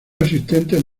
existentes